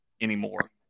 anymore